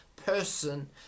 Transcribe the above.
person